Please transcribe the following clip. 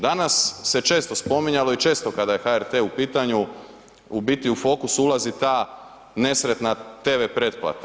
Danas se često spominjalo i često kada je HRT u pitanju, u biti u fokusu ulazi ta nespretna TV pretplata.